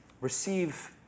receive